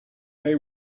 they